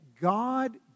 God